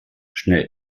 schnell